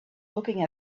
looking